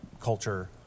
culture